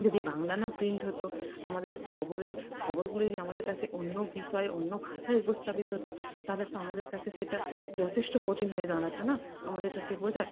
যদি বাংলা না প্রিন্ট হতো আমাদের খবরের খবরগুলি যদি আমাদের কাছে অন্য বিষয় অন্য ভাষায় উপস্থাপিত হতো তালে তো আমাদের কাছে সেটা যথেষ্ট কঠিন হয়ে দাঁড়াতো না আমাদের কাছে বোঝা